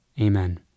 Amen